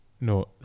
No